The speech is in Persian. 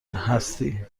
هستی